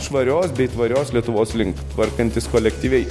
švarios bei tvarios lietuvos link tvarkantys kolektyviai